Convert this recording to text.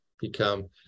become